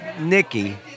Nikki